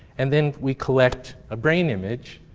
and then we collect a brain image,